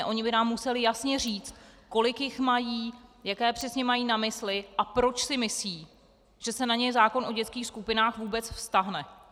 Oni by nám museli jasně říct, kolik jich mají, jaké přesně mají na mysli a proč si myslí, že se na ně zákon o dětských skupinách vůbec vztáhne.